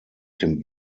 dem